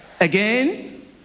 Again